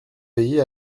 veiller